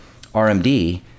RMD